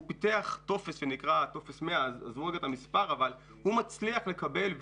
הוא פיתח טופס שנקרא טופס 100 והוא מצליח לקבל.